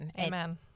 Amen